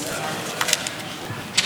ואחריו, חברת הכנסת זנדברג.